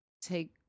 take